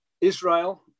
Israel